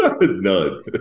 None